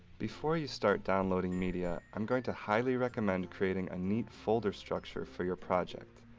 before, you start downloading media, i'm going to highly recommend creating a neat folder structure for your project.